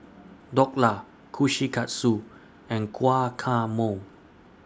Dhokla Kushikatsu and Guacamole